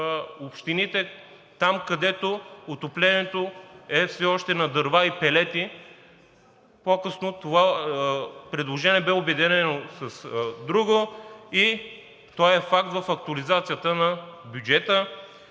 общините – там, където отоплението е все още на дърва и пелети. По-късно това предложение бе обединено с друго и то е факт в актуализацията на бюджета.